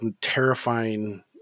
terrifying